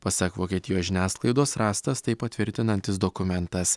pasak vokietijos žiniasklaidos rastas tai patvirtinantis dokumentas